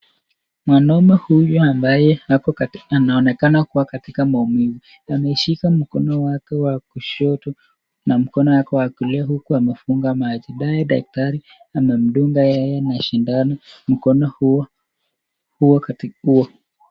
mwanaume huyu ambaye anaonekana katika maumivu ameshika mkono wake wa kushoto na mkono wake wakuliaa huku amefunga baji naye dakitari amemdunga yeye na shindano mkono huo kwa wakati huo.